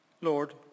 Lord